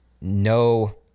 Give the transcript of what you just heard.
no